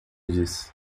disse